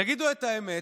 תגידו את האמת,